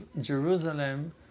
Jerusalem